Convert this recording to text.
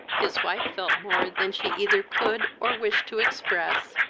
his wife felt more than she either could or wished to express,